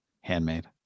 Handmade